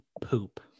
poop